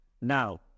Now